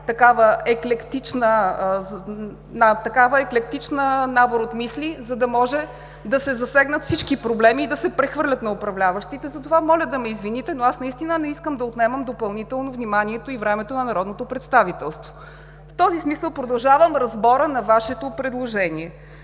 такъв еклектичен набор от мисли, за да може да се засегнат всички проблеми и да се прехвърлят на управляващите. Затова, моля да ме извините, но наистина не искам да отнемам допълнително вниманието и времето на народното представителство. В този смисъл продължавам разбора на Вашето предложение.